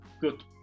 good